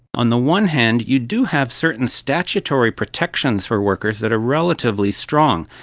on the one hand you do have certain statutory protections for workers that are relatively strong,